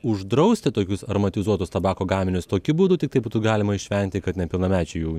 uždrausti tokius aromatizuotus tabako gaminius tokiu būdu tikrai būtų galima išvengti kad nepilnamečiai jų